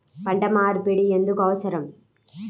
పంట మార్పిడి ఎందుకు అవసరం?